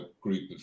group